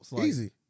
Easy